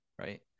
right